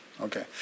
Okay